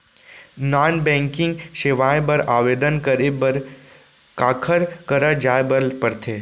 non banking सेवाएं बर आवेदन करे बर काखर करा जाए बर परथे